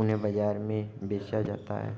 उन्हें बाजार में बेचा जाता है